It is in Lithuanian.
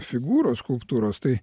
figūros skulptūros tai